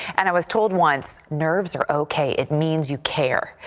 and i was told once nerves are okay. it means you care.